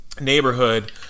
neighborhood